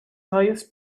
highest